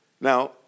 now